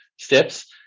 steps